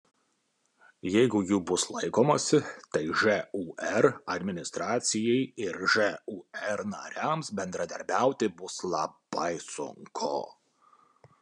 jeigu jų bus laikomasi tai žūr administracijai ir žūr nariams bendradarbiauti bus labai sunku